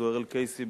זוהיר אל-קייסי,